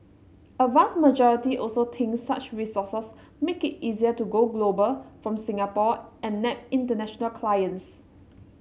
a vast majority also thinks such resources make it easier to go global from Singapore and nab international clients